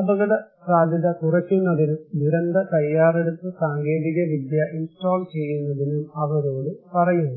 അപകടസാധ്യത കുറയ്ക്കുന്നതിനും ദുരന്ത തയ്യാറെടുപ്പ് സാങ്കേതികവിദ്യ ഇൻസ്റ്റാൾ ചെയ്യുന്നതിനും അവരോട് പറയുന്നു